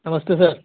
नमस्ते सर